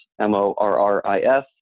M-O-R-R-I-S